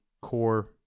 core